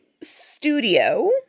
studio